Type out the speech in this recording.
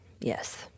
Yes